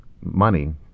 money